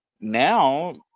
Now